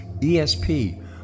ESP